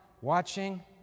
watching